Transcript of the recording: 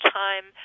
time